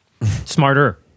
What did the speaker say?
smarter